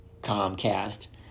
Comcast